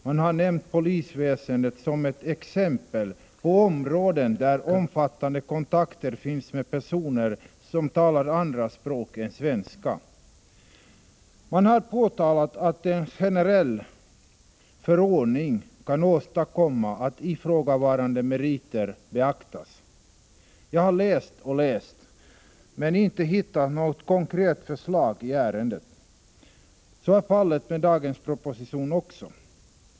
Man har nämnt polisväsendet som ett exempel på ett område där omfattande kontakter finns med personer som talar andra språk än svenska. Man har påtalat att en generell förordning kan åstadkomma att ifrågavarande meriter beaktas. Jag har läst och läst men inte hittat något konkret förslag i ärendet. Så är också fallet med dagens proposition.